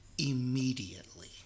Immediately